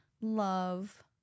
love